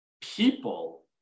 People